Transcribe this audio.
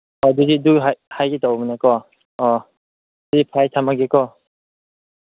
ꯑꯗꯨꯗꯤ ꯑꯗꯨ ꯍꯥꯏꯒꯦ ꯇꯧꯕꯅꯤꯀꯣ ꯑꯣ ꯐꯔꯦ ꯐꯔꯦ ꯊꯝꯂꯒꯦꯀꯣ